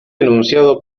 denunciado